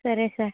సరే సార్